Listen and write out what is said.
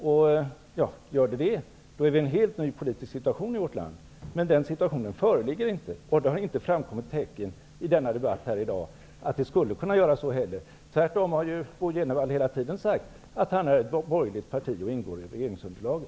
Gör det det, befinner vi oss i en helt ny politisk situation i vårt land. Men den situationen föreligger inte, och det har inte heller i denna debatt här i dag framkommit tecken på att det skulle kunna göra så. Tvärtom har ju Bo Jenevall hela tiden sagt att han representerar ett borgerligt parti, som ingår i regeringsunderlaget.